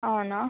అవునా